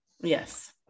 Yes